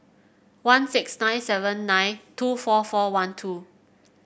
one six nine seven nine two four four one two